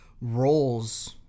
roles